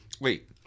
Wait